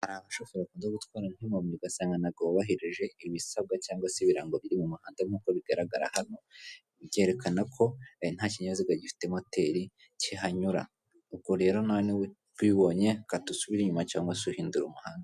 Abashoferi bakunda gutwara nk'impumyi ugasanga ntabwo bubahije ibisabwa cyangwa se ibirango biri mu muhanda nk'uko bigaragara hano bikererekana ko nta kinyabiziga gifite moteri kihanyura ubwo rero noneho tubonye ka dusubire inyuma cyangwa se uhindura umuhanda.